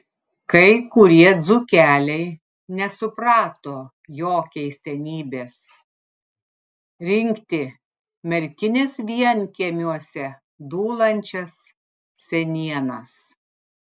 kai kurie dzūkeliai nesuprato jo keistenybės rinkti merkinės vienkiemiuose dūlančias senienas